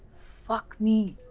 fuck me.